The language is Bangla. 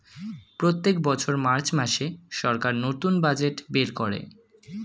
প্রত্যেক বছর মার্চ মাসে সরকার নতুন বাজেট বের করে